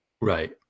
right